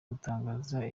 gutangaza